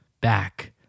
back